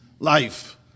Life